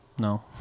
No